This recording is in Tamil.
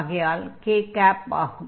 ஆகையால் k ஆகும்